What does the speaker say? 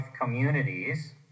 communities